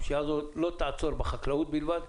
הפשיעה הזאת לא תעצור בחקלאות בלבד,